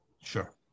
sure